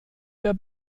der